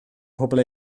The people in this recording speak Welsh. pobl